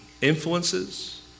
Influences